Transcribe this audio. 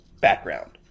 background